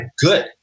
good